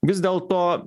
vis dėlto